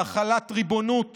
בהחלת ריבונות